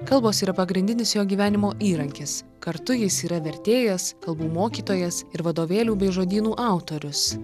kalbos yra pagrindinis jo gyvenimo įrankis kartu jis yra vertėjas kalbų mokytojas ir vadovėlių bei žodynų autorius